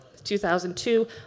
2002